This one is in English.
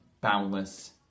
boundless